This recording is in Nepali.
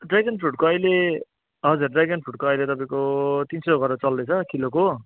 ड्रेगन फ्रुटको अहिले हजुर ड्रेगन फ्रुटको अहिले तपाईँको तिन सौ गरेर चल्दैछ किलोको